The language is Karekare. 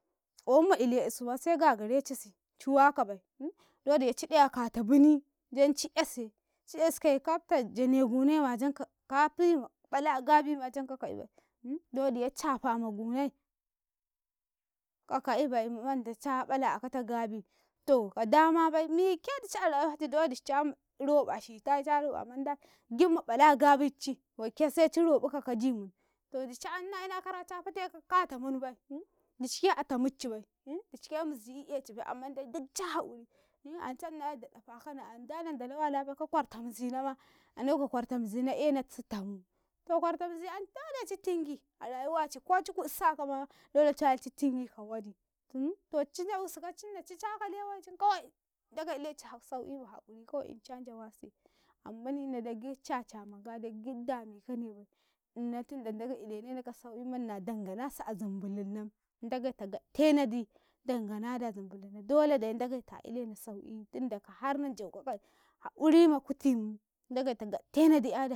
qwayimma ile 'yasuma se gagarecisi dowodiye ci de a kata bin jan ci'yase, ciyaskaye kafta jane gunaima janka kafi ma ɗale a gabima jan ka kaibai dowodiye cafama gunain ka ka'iba mandi caƃala a aka gabi to ka dama bai mike dici a rayuwaci dowodi ca cam roƃa shitai ta roƃa manai giɗ ma bal agabicci waike seci roƃuka kagi mu n to ɗici anna inakara ca fate ka kata munbai dicike a tamuncibai dici ke miziyi ecibai amman dai giɗ ca haquri an ca ina yadda ɗafakana an da nandala walabai ka kwarta mizinam, ano ka kwarta mizina enasi tamum, to kwarta mizi an dole ci tingi a rayuwaci ko ci kuɗ saka ma dole ci wali citingi wadi to cinjawusikautinda ci caka lewai cin kawai, ndagai ileci sau'i ma haquri kawai in can jawasiye, ammani ina de gid ca ca man nga dai gid damekane bai ina tinda ndagai ilenena ka sau'i man na danganasi azumbulunau, ndagai ta gaɗtenaɗi dan gadi a zumbulum dole de ndagai ta, ilena sau'iyi tunda kan har na jauka ka haquri ma kutim ndagai ta.